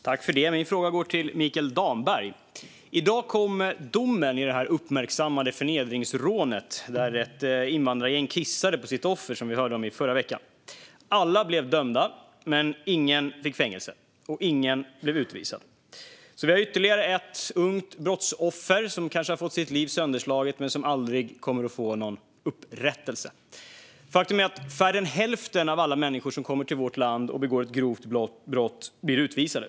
Herr talman! Min fråga går till Mikael Damberg. I dag kom domen i det uppmärksammade förnedringsrånet där ett invandrargäng kissade på sitt offer, vilket vi hörde om i förra veckan. Alla blev dömda. Men ingen fick fängelse, och ingen blev utvisad. Vi har alltså ytterligare ett ungt brottsoffer som kanske har fått sitt liv sönderslaget men som aldrig kommer att få någon upprättelse. Faktum är att färre än hälften av alla människor som kommer till vårt land och begår ett grovt brott blir utvisade.